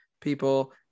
people